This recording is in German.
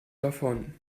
davon